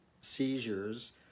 seizures